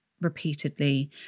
repeatedly